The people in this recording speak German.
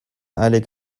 eilig